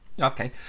Okay